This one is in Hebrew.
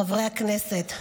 חברי הכנסת,